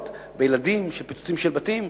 למשל בשדרות, בילדים, פיצוצים של בתים?